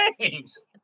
James